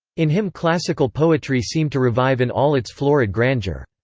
in him classical poetry seemed to revive in all its florid grandeur.